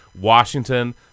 Washington